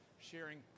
sharing